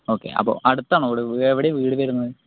okay അപ്പോൾ അടുത്താണോ ഇവിടെ എവിടെയാ വീടുവരുന്നത്